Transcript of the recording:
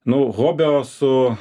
nuo hobio su